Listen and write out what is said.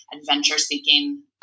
adventure-seeking